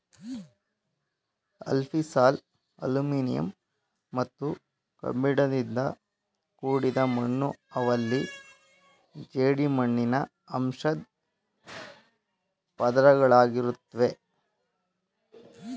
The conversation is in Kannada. ಅಲ್ಫಿಸಾಲ್ ಅಲ್ಯುಮಿನಿಯಂ ಮತ್ತು ಕಬ್ಬಿಣದಿಂದ ಕೂಡಿದ ಮಣ್ಣು ಅವಲ್ಲಿ ಜೇಡಿಮಣ್ಣಿನ ಅಂಶದ್ ಪದರುಗಳಿರುತ್ವೆ